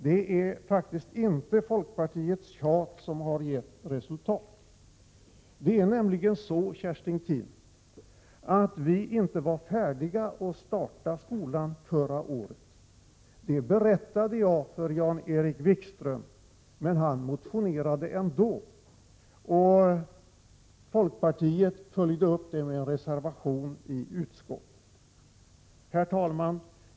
Det är faktiskt inte folkpartiets tjat som har gett resultat. Det är nämligen så, Kerstin Keen, att vi inte var färdiga att starta skolan förra året. Det berättade jag för Jan-Erik Wikström, men han motionerade ändå, och folkpartiet följde upp det med en reservation i utskottet. Herr talman!